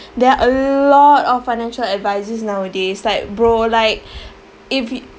there are a lot of financial advisors nowadays like bro like if you